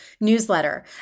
newsletter